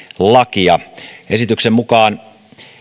lakia esityksen mukaan